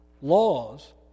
laws